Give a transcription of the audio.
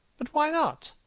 but why not?